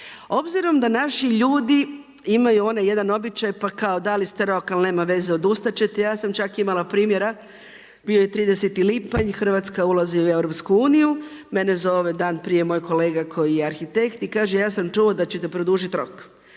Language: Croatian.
Obzirom da naši ljudi imaju onaj jedan običaj pa kao dali sete rok ali nema veze odustat ćete, ja sam čak imala primjera bio je 30. lipanja Hrvatska ulazi u EU, mene zove dan prije moj kolega koji je arhitekt i kaže ja sam čuo da ćete produžiti rok.